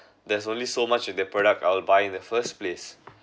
there's only so much their product I'll buy in the first place